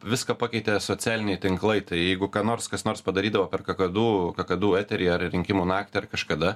viską pakeitė socialiniai tinklai tai jeigu ką nors kas nors padarydavo per kakadu kakadu eteryje ar rinkimų naktį ar kažkada